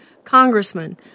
Congressman